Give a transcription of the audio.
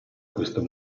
questo